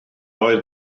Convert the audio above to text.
oedd